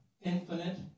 infinite